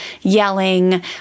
yelling